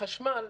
חשמל